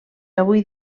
avui